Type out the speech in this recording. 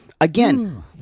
Again